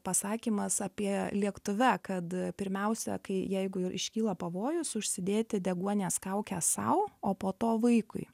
pasakymas apie lėktuve kad pirmiausia kai jeigu iškyla pavojus užsidėti deguonies kaukę sau o po to vaikui